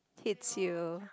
hits you